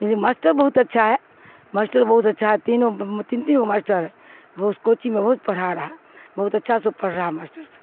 لیکن ماسٹر بہت اچھا ہے ماسٹر بہت اچھا ہے تینوں تینوں ماشٹر وہ اس کوچنگ میں پڑھا رہا بہت اچھا سب پڑھ رہا ماسٹر سے